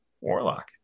warlock